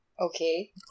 Okay